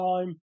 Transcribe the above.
time